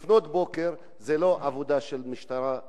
זאת לא עבודה נכונה של משטרה.